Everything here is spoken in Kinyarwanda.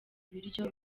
ibiryo